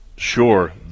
Sure